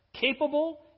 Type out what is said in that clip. capable